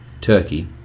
Turkey